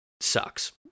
sucks